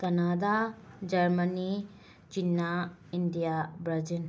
Canada Germany China India Brazil